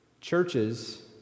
churches